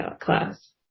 class